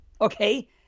Okay